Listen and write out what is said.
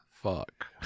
Fuck